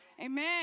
Amen